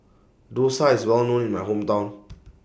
Dosa IS Well known in My Hometown